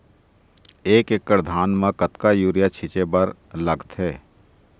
एक एकड़ धान म कतका यूरिया छींचे बर लगथे?